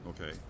Okay